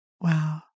Wow